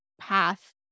path